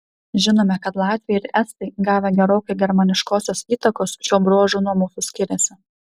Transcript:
žinome kad latviai ir estai gavę gerokai germaniškosios įtakos šiuo bruožu nuo mūsų skiriasi